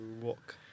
walk